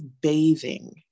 bathing